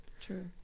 True